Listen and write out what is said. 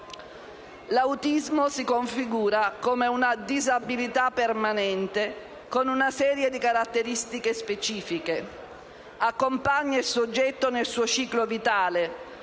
L'autismo si configura come una disabilità permanente, con una serie di caratteristiche specifiche: accompagna il soggetto nel suo ciclo vitale,